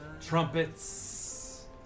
Trumpets